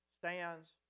stands